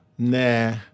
Nah